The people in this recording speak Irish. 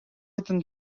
don